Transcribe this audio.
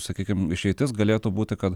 sakykim išeitis galėtų būti kad